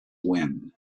when